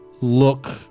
look